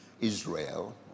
Israel